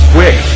Quick